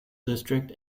district